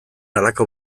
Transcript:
halako